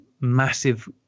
massive